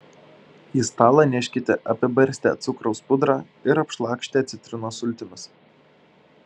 į stalą neškite apibarstę cukraus pudrą ir apšlakstę citrinos sultimis